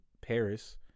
Paris